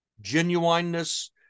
genuineness